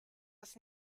was